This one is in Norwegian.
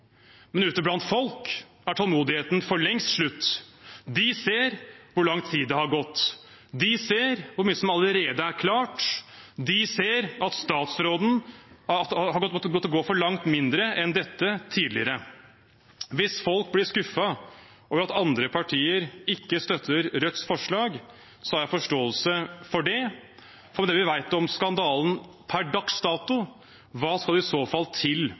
men ute blant folk er tålmodigheten for lengst slutt. De ser hvor lang tid det har gått. De ser hvor mye som allerede er klart. De ser at statsråder har måttet gå for langt mindre enn dette tidligere. Hvis folk blir skuffet over at andre partier ikke støtter Rødts forslag, har jeg forståelse for det, for med det vi vet om skandalen per dags dato – hva skal i så fall til